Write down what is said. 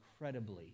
incredibly